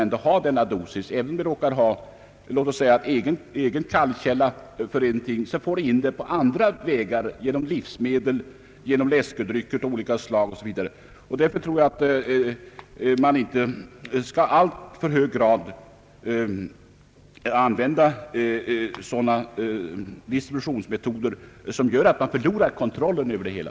även om man har en egen kallkälla för sitt vatten så får man in giftet på andra vägar — genom livsmedel, genom läskedrycker av olika slag osv. Därför anser jag att vi inte i allt för hög grad skall använda distributionsmetoder som gör att vi förlorar kontrollen över det hela.